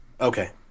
Okay